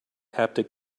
haptic